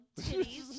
titties